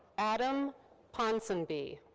adam ponsonby.